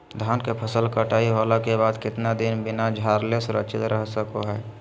धान के फसल कटाई होला के बाद कितना दिन बिना झाड़ले सुरक्षित रहतई सको हय?